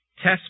Test